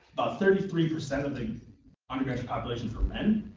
thirty-three percent of the undergraduate population for men,